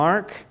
Mark